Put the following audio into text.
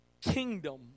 kingdom